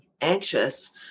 anxious